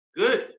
good